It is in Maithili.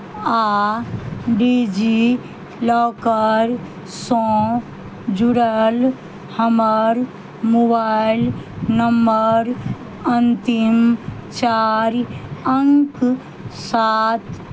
आ डिजिलॉकरसँ जुड़ल हमर मोबाइल नम्बर अन्तिम चारि अङ्क सात